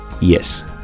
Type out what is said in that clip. Yes